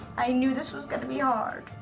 i knew this was gonna be ah hard.